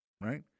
right